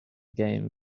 game